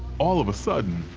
all of a sudden,